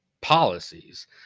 policies